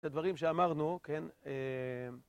את הדברים שאמרנו, כן